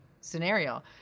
scenario